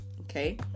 Okay